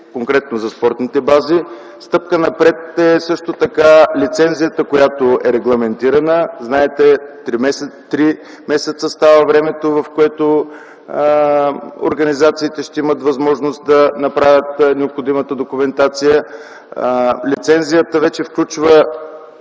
конкретно за спортните бази. Стъпка напред е също така лицензията, която е регламентирана. Знаете, че три месеца става времето, в което организациите ще имат възможност да направят необходимата документация. Лицензията вече включва